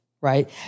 right